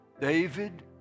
David